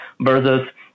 versus